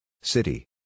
City